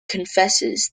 confesses